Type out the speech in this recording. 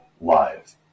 live